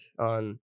on